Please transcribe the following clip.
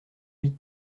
huit